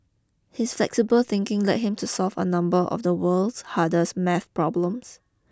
his flexible thinking led him to solve a number of the world's hardest math problems